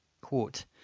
quote